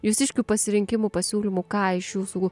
jūsiškių pasirinkimų pasiūlymų ką iš jūsų